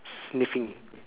sniffing